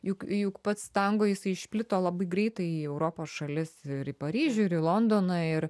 juk juk pats tango jisai išplito labai greitai į europos šalis ir į paryžių ir į londoną ir